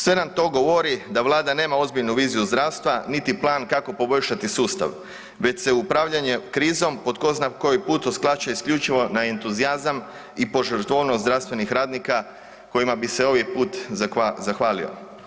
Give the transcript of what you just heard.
Sve nam to govori da Vlada nema ozbiljnu viziju zdravstva niti plan kako poboljšati sustav već se upravljanje krizom po tko zna koji put ... isključivo na entuzijazam i požrtvovnost zdravstvenih radnika kojima bi se ovim put zahvalio.